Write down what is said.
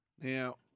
Now